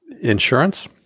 insurance